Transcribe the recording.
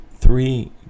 Three